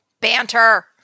Banter